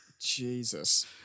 Jesus